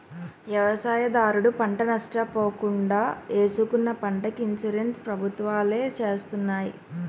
వ్యవసాయదారుడు పంట నష్ట పోకుండా ఏసుకున్న పంటకి ఇన్సూరెన్స్ ప్రభుత్వాలే చేస్తున్నాయి